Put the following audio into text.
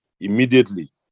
immediately